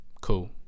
cool